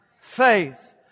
faith